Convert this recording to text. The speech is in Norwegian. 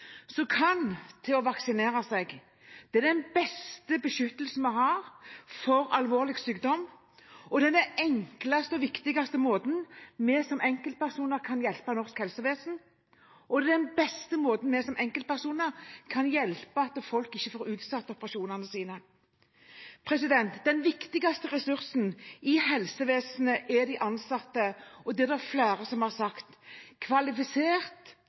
så folk ikke får utsatt operasjonene sine. Den viktigste ressursen i helsevesenet er de ansatte, og det er det flere som har sagt – kvalifisert